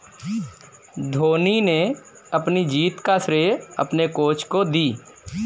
धोनी ने अपनी जीत का श्रेय अपने कोच को दी